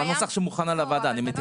אני מתייחס לנוסח שמוכן לוועדה.